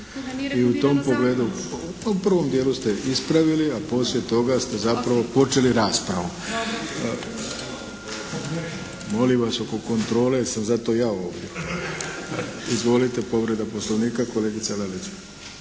se ne čuje./ … U prvom dijelu ste ispravili, a poslije toga ste zapravo počeli raspravu. Molim vas oko kontrole sam zato ja ovdje. Izvolite, povreda Poslovnika kolegica Lalić.